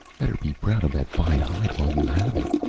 better be proud of that fine hide while you have it,